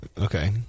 Okay